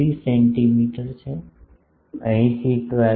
753 centimetre છે અહીંથી 12